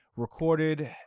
recorded